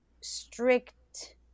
strict